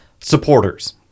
Supporters